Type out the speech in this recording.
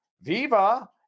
Viva –